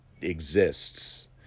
exists